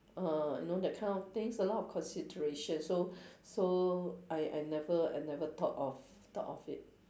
uh you know that kind of things a lot of consideration so so I I never I never thought of thought of it